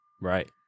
Right